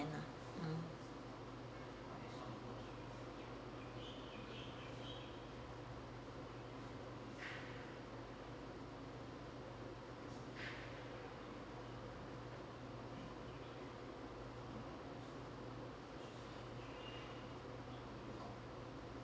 and uh hmm